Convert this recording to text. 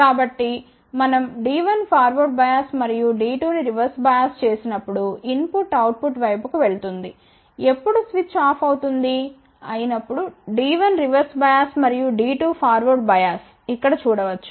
కాబట్టి మనం D1ఫార్వర్డ్ బయాస్ మరియు D2ను రివర్స్ బయాస్ చేసినప్పుడు ఇన్ పుట్ అవుట్ పుట్ వైపుకు వెళుతుంది ఎప్పుడు స్విచ్ ఆఫ్ అవుతుందిఅయినప్పుడు D1 రివర్స్ బయాస్ మరియు D2 ఫార్వర్డ్ బయాస్ ఇక్కడ చూడవచ్చు